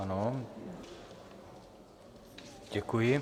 Ano, děkuji.